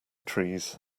trees